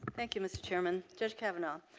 thank you mr. chairman. judge kavanaugh,